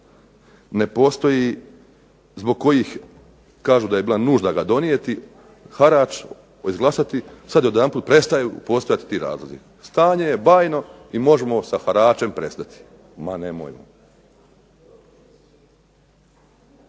ne postoji zbog kojih kažu da je bila nužna ga donijeti harač, izglasati, sada odjedanput prestaju postojati ti razlozi. Stanje je bajno i možemo sa haračem prestati. Ma nemojmo.